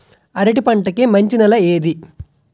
అరటి పంట కి మంచి నెల ఏది?